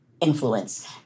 influence